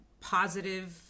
positive